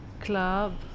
club